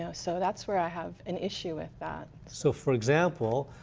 so so that's where i have an issue with that. so for example,